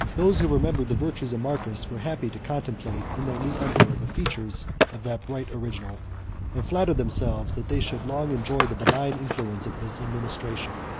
those who remembered the virtues of marcus were happy to contemplate in their new emperor the features of that bright original and flattered themselves, that they should long enjoy the benign influence of his administration.